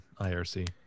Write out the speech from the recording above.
IRC